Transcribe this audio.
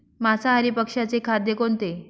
मांसाहारी पक्ष्याचे खाद्य कोणते?